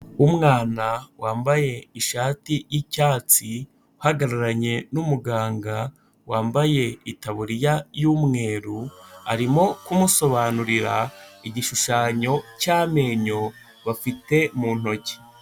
Umwana wambaye ishati y'icyatsi uhagararanye n'umuganga, wambaye itaburiya y'umweru arimo kumusobanurira igishushanyo cy'amenyo bafite mu ntoki.